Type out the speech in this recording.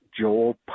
Joel